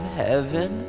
heaven